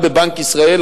גם בבנק ישראל,